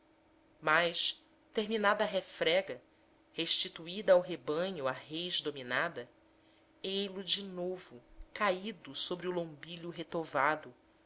mas terminada a refrega restituída ao rebanho a rês dominada ei-lo de novo caído sobre o lombilho retovado